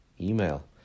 email